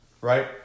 Right